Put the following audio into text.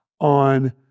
on